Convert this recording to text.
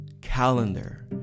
calendar